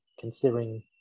considering